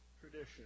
tradition